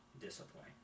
disappoint